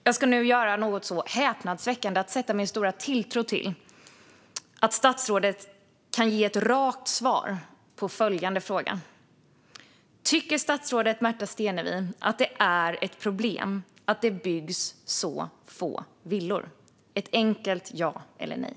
Jag ska nu göra något så häpnadsväckande som att sätta min tilltro till att statsrådet kan ge ett rakt svar på följande fråga: Tycker statsrådet Märta Stenevi att det är ett problem att det byggs så få villor? Jag skulle vilja ha ett enkelt ja eller nej.